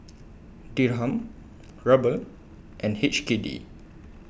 Dirham Ruble and H K D